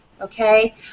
okay